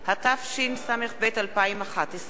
התשע”ב 2011,